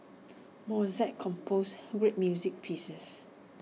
Mozart composed great music pieces